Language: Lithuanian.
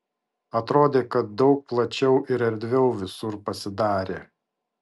atrodė kad daug plačiau ir erdviau visur pasidarė